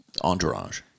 Entourage